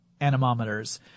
anemometers